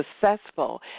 successful